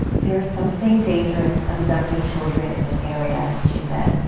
there's something dangerous abducting children in this area, she said.